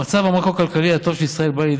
המצב המקרו-כלכלי הטוב של ישראל בא לידי